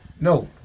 no